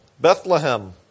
Bethlehem